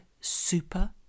super